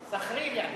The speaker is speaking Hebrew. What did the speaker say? סחריר, יעני.